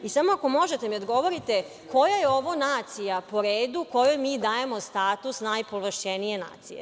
Samo ako možete da mi odgovorite – koja je ovo nacija po redu kojoj mi dajemo status najpovlašćenije nacije?